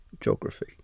geography